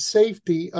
safety